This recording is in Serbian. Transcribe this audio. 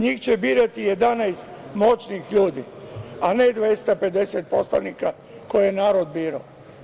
Njih će birati 11 moćnih ljudi, a ne 250 poslanika koje je narod birao.